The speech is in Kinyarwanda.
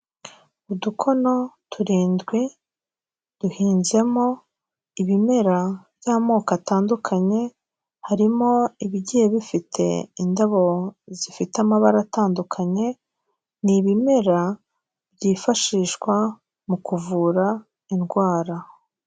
Udukono turindwi duhinzemo ibimera by'amoko atandukanye, harimo ibigiye bifite indabo zifite amabara atandukanye ni ibimera byifashishwa mu kuvura indwara.